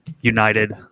United